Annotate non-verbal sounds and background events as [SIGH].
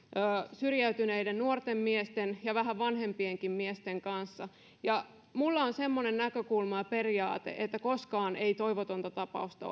syrjäytyneiden nuorten miesten ja vähän vanhempienkin miesten kanssa ja minulla on semmoinen näkökulma ja periaate että koskaan ei toivotonta tapausta [UNINTELLIGIBLE]